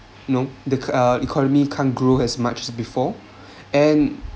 no the uh economy can’t grow as much before and